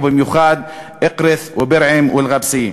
ובמיוחד אקרית ובירעם ואלגאבסיה.